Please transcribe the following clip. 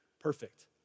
Perfect